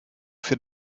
für